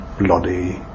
bloody